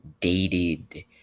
dated